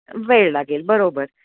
वेळ लागेल बरोबर